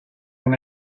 una